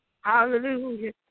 Hallelujah